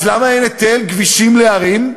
אז למה אין היטל כבישים להרים?